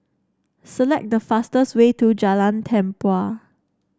select the fastest way to Jalan Tempua